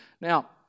Now